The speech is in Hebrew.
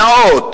נעות,